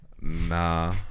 Nah